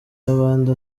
y’abandi